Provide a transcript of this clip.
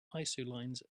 isolines